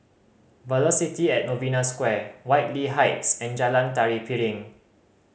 Velocity at Novena Square Whitley Heights and Jalan Tari Piring